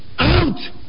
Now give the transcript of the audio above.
Out